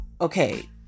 okay